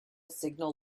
signal